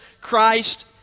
Christ